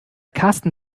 karsten